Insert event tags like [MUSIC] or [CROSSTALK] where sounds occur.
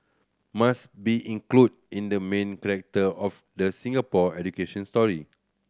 must be included in the main [UNINTELLIGIBLE] of the Singapore education story